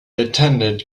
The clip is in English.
attended